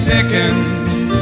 Dickens